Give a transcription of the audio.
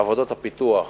עבודות הפיתוח